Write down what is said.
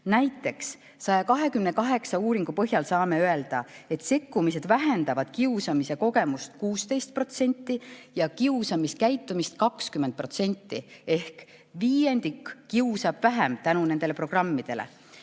Näiteks saame 128 uuringu põhjal öelda, et sekkumised vähendavad kiusamise kogemust 16% ja kiusamiskäitumist 20%. Ehk viiendik kiusab vähem tänu nendele programmidele. Laialt